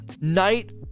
night